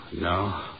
no